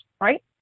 right